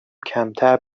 کمتر